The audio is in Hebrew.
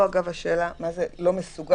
פה השאלה היא מה זה "שאינו מסוגל",